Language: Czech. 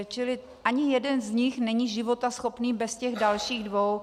Čili ani jeden z nich není životaschopný bez těch dalších dvou.